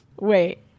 wait